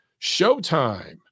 showtime